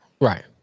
Right